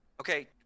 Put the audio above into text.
Okay